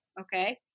okay